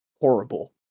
horrible